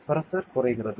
pressure குறைகிறது